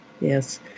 Yes